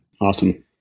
Awesome